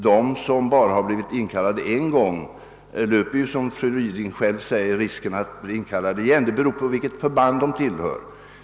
De som bara blivit inkallade en gång löper risken att bli inkallade igen, som fru Ryding själv framhöll. Detta beror på vilket förband vederbörande tillhör.